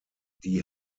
die